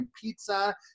pizza